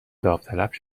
داوطلب